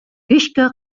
көчкә